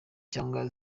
cyangwa